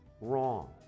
wrong